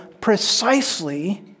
precisely